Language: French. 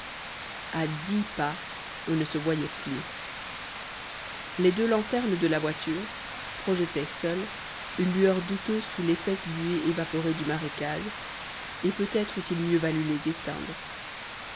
a dix pas on ne se voyait plus les deux lanternes de la voiture projetaient seules une lueur douteuse sous l'épaisse buée évaporée du marécage et peut-être eut-il mieux valu les éteindre